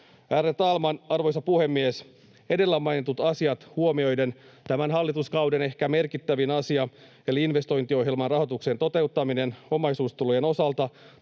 Ärade talman, arvoisa puhemies! Edellä mainitut asiat huomioiden tämän hallituskauden ehkä merkittävin asia eli investointiohjelman rahoituksen toteuttaminen omaisuustulojen osalta